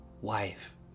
wife